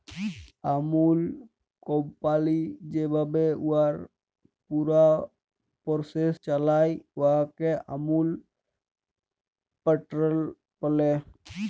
আমূল company যেভাবে উয়ার পুরা পরসেস চালায়, উয়াকে আমূল প্যাটার্ল ব্যলে